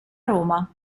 roma